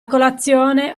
colazione